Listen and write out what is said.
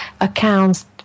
accounts